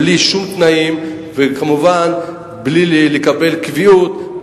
בלי שום תנאים וכמובן בלי לקבל קביעות,